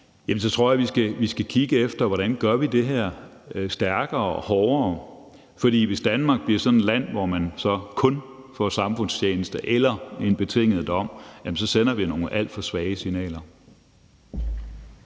så tror jeg, vi skal kigge efter, hvordan vi gør det her stærkere og hårdere, for hvis Danmark bliver sådan et land, hvor man så kun får samfundstjeneste eller en betinget dom, så sender vi nogle alt for svage signaler.